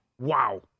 Wow